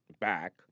back